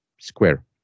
square